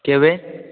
କେବେ